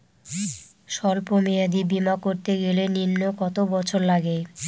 সল্প মেয়াদী বীমা করতে গেলে নিম্ন কত বছর লাগে?